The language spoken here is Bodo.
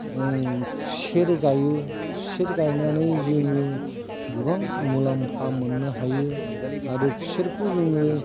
खुसेर गायो खुसेर गायनानै जोङो गोबां मुलाम्फा मोननो हायो आरो खुसेरखौ जोंनो